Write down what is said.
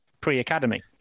pre-academy